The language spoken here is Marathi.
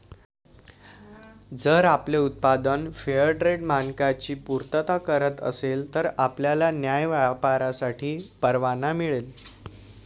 जर आपले उत्पादन फेअरट्रेड मानकांची पूर्तता करत असेल तर आपल्याला न्याय्य व्यापारासाठी परवाना मिळेल